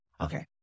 Okay